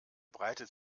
breitet